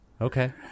Okay